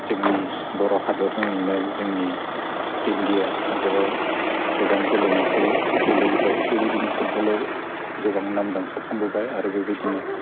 जोंनि बर' हादरनाङैनो जोंनि इन्डिया हादराव गोबां गेलेनायखौ गेलेबोबाय बेबायदिनो फुटबलाव गोबां नामदांखा खालामबोबाय आरो बेबायदिनो